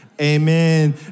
Amen